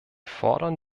fordern